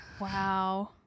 Wow